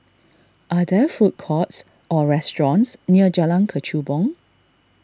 are there food courts or restaurants near Jalan Kechubong